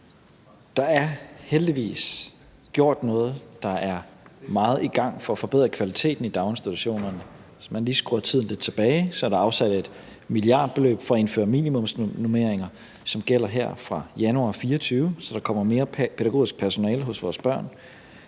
Der er heldigvis gjort noget, og der er meget i gang for at forbedre kvaliteten i daginstitutionerne. Hvis man lige skruer tiden lidt tilbage, kan man se, at der er afsat et milliardbeløb til at indføre minimumsnormeringer, som gælder her fra januar 2024, så der kommer mere pædagogisk personale hos vores børn.